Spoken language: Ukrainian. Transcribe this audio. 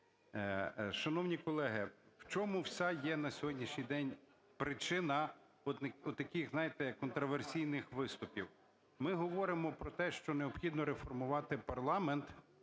Шановні колеги, в чому вся є на сьогоднішній день причина отаких, знаєте, контраверсійних виступів? Ми говоримо про те, що необхідно реформувати парламент,